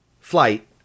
flight